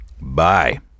bye